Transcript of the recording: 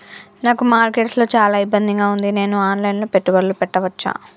నాకు మార్కెట్స్ లో చాలా ఇబ్బందిగా ఉంది, నేను ఆన్ లైన్ లో పెట్టుబడులు పెట్టవచ్చా?